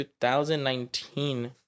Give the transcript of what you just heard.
2019